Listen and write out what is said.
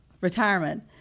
retirement